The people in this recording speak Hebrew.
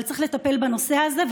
אבל צריך לטפל בנושא הזה,